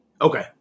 Okay